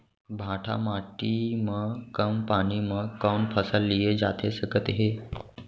भांठा माटी मा कम पानी मा कौन फसल लिए जाथे सकत हे?